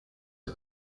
are